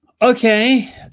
Okay